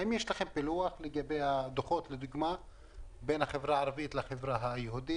האם יש לכם פילוח לגבי הדוחות בחברה הערבית והיהודית?